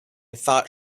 thought